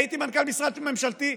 הייתי מנכ"ל משרד ממשלתי.